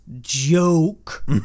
joke